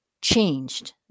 changed